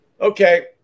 Okay